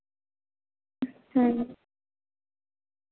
ᱦᱮᱸ